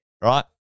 Right